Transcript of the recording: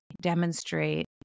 demonstrate